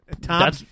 Tom